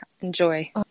enjoy